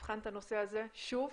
יבחן את הנושא הזה שוב.